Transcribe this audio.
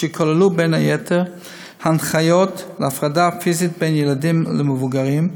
שכללו בין היתר הנחיות להפרדה פיזית בין ילדים למבוגרים,